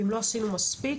אם לא עשינו מספיק,